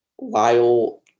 lyle